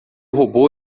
robô